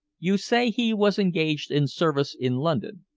you say he was engaged in service in london?